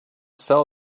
sell